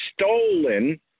stolen